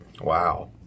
Wow